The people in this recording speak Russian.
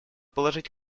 положить